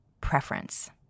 preference